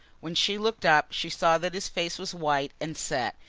when she looked up she saw that his face was white and set.